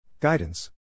Guidance